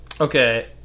Okay